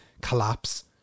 collapse